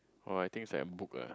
oh I think it's like a book ah